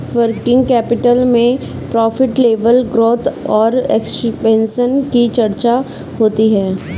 working capital में profit level growth और expansion की चर्चा होती है